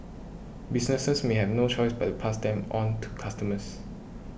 businesses may have no choice but pass them on to customers